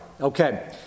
Okay